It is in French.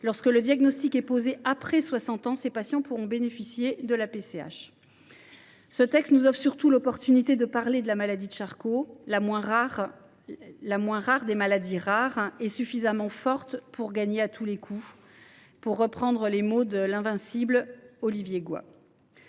pour qui le diagnostic sera posé après l’âge de 60 ans pourront bénéficier de la PCH. Ce texte nous offre surtout l’occasion de parler de la maladie de Charcot, la moins rare des maladies rares et « suffisamment forte pour gagner à tous les coups », selon la formule de l’« invincible » Olivier Goy.